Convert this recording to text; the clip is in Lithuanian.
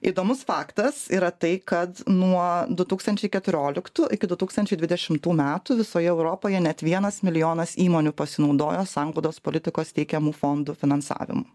įdomus faktas yra tai kad nuo du tūkstančiai keturioliktų iki du tūkstančiai dvidešimtų metų visoje europoje net vienas milijonas įmonių pasinaudojo sanglaudos politikos teikiamų fondų finansavimu